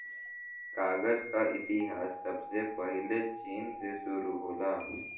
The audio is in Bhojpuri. कागज क इतिहास सबसे पहिले चीन से शुरु होला